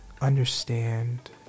understand